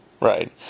Right